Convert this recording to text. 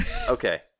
Okay